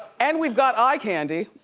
and we've got eye candy.